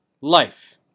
life